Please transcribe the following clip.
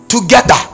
together